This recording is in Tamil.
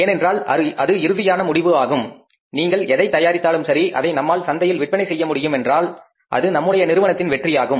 ஏனென்றால் அது இறுதியான முடிவு ஆகும் நீங்கள் எதை தயாரித்தாலும் சரி அதை நம்மால் சந்தையில் விற்பனை செய்ய முடியும் என்றால் அது நம்முடைய நிறுவனத்தின் வெற்றியாகும்